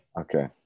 Okay